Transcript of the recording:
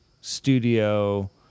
studio